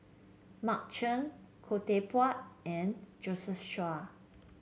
Mark Chan Khoo Teck Puat and Josephine Chia